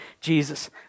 Jesus